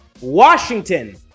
Washington